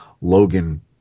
Logan